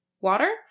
water